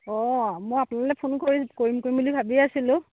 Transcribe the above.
অ' মই আপোনালৈ ফোন কৰি কৰিম কৰিম বুলি ভাবিয়ে আছিলোঁ